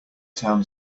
town